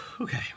Okay